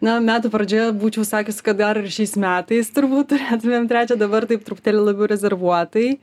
na metų pradžioje būčiau sakius kad gal ir šiais metais turbūt turėtumėm trečią dabar taip truputėlį labiau rezervuotai